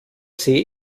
see